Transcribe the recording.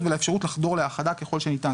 ולאפשרות לחתור להאחדה ככל הניתן.